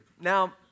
Now